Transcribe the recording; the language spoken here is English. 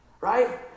Right